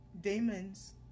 demons